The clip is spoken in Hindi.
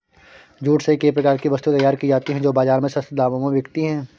जूट से कई प्रकार की वस्तुएं तैयार की जाती हैं जो बाजार में सस्ते दामों में बिकती है